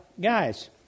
guys